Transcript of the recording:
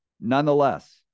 Nonetheless